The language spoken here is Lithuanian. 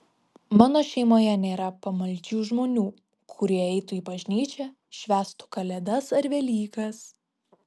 mano šeimoje nėra pamaldžių žmonių kurie eitų į bažnyčią švęstų kalėdas ar velykas